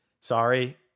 sorry